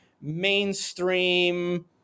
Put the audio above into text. mainstream